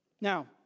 Now